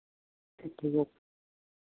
ठीक ठीक ओके